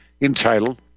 entitled